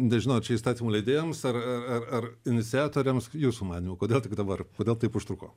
nežinau ar čia įstatymų leidėjams ar ar ar iniciatoriams jūsų manymu kodėl tik dabar kodėl taip užtruko